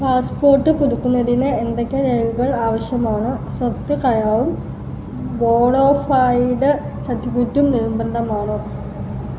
passport പുതുക്കുന്നതിന് എന്തൊക്കെ രേഖകൾ ആവശ്യമാണ് സ്വത്ത് കരാറും ബോളോഫൈഡ് സർട്ടിഫിക്കറ്റും നിർബന്ധമാണോ